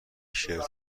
شرت